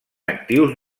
actius